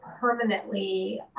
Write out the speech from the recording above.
permanently